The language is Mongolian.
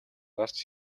гарч